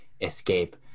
escape